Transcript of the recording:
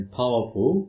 powerful